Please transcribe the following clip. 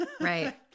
Right